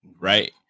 right